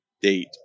date